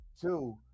two